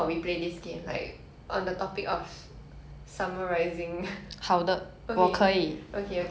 um pirates of the carribean summarize in chinese one sentence in chinese